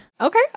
Okay